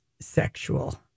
sexual